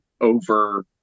over